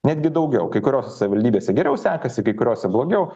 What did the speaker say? netgi daugiau kai kuriose savivaldybėse geriau sekasi kai kuriose blogiau